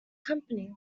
company